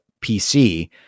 PC